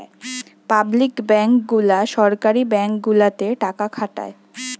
public bank গুলা সরকারি bank গুলাতে টাকা খাটায়